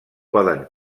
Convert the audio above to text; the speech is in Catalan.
poden